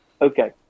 okay